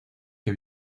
que